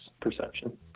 perception